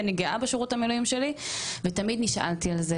אני גאה בשירות המילואים שלי ותמיד נשאלתי על זה.